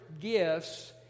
gifts